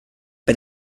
bei